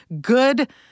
good